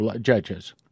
judges